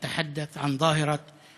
להלן תרגומם: אני רוצה לדבר על תופעת הנפצים.